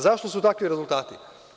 Zašto su takvi rezultati?